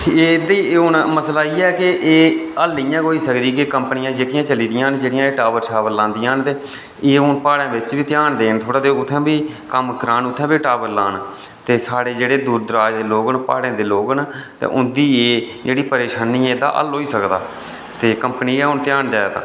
एह्दे हून मसला इ'यै कि एह् हल्ल इ'यां गै होई सकदी कि कंपनियां जेह्कियां चली दियां न जेह्ड़ियां शावर एह् टॉवर लांदियां न ते एह् हून प्हाड़ें बिच बी ध्यान देन थोह्ड़ा ते उत्थै बी कम्म करान उत्थै बी टॉवर लान ते साढ़े जेह्ड़े दूर दराज दे लोक न प्हाड़े दे लोक न ते उं'दी एह् जेह्ड़ी परेशानी ऐ तां हल्ल होई सकदी ते कंपनी गै हून ध्यान देऐ तां